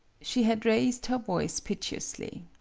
she had raised her voice piteously.